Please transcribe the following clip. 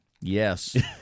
Yes